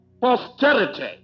posterity